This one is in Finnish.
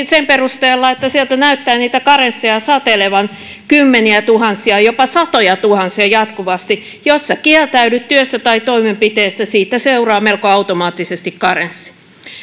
sen perusteella että sieltä näyttää niitä karensseja satelevan kymmeniätuhansia jopa satojatuhansia jatkuvasti jos kieltäydyt työstä tai toimenpiteestä siitä seuraa melko automaattisesti karenssi